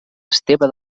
esteve